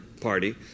party